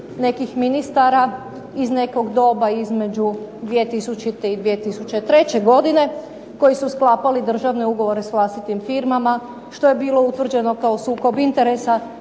nekih ministara iz nekog doba između 2000. i 2003. godine koji su sklapali ugovore državne ugovore sa vlastitim firmama, što je bilo utvrđeno kao sukob interesa.